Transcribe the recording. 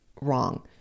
wrong